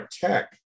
tech